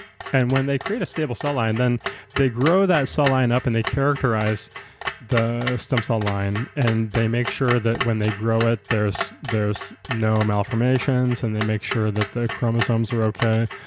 and when they create a stable cell line, then they grow that cell line up and they characterize the stem cell line and they make sure when they grow it there's there's no malformations and they make sure that their chromosomes are okay.